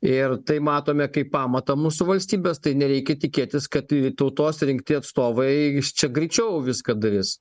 ir tai matome kaip pamatą mūsų valstybės tai nereikia tikėtis kad tautos rinkti atstovai iš čia greičiau viską darys